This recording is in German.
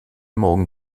morgen